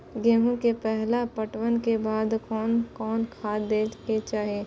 गेहूं के पहला पटवन के बाद कोन कौन खाद दे के चाहिए?